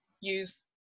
use